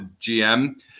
GM